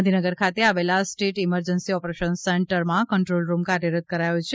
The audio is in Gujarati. ગાંધીનગર ખાતે આવેલા સ્ટેટ ઇમરજન્સી ઓપરેશન સેન્ટરમાં કંટ્રોલ રૂમ કાર્યરત કરાયો છે